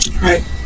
Right